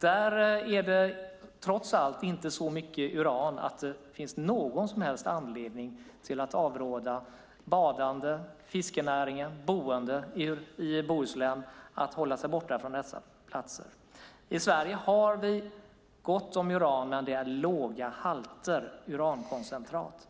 är det trots allt inte så mycket uran att det finns någon som helst anledning att avråda badande, fiskenäringen och boende i Bohuslän att hålla sig borta från dessa platser. I Sverige har vi gott om uran, men det är låga halter urankoncentrat.